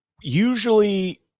usually